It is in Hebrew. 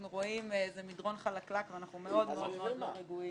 אנחנו רואים פה מדרון חלקלק ואנחנו מאוד-מאוד לא רגועים.